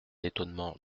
étonnement